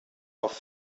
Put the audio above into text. auf